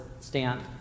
stand